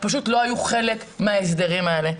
פשוט לא היו חלק מההסדרים האלה.